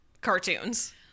cartoons